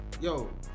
yo